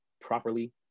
properly